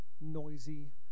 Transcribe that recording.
noisy